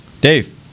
Dave